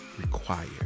required